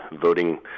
voting